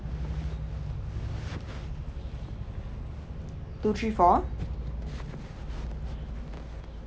two three four